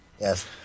Yes